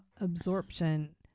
absorption